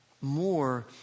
more